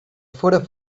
fóra